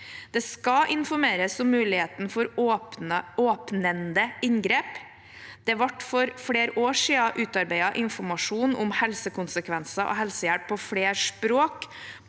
Det skal informeres om muligheten for åpnende inngrep. Det ble for flere år siden utarbeidet informasjon om helsekonsekvenser og helsehjelp på flere språk